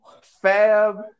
fab